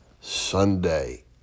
Sunday